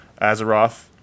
Azeroth